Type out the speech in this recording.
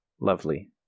lovely